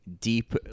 deep